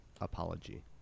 apology